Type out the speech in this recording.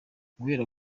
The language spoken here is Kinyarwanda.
guhera